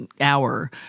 hour